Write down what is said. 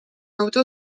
kaudu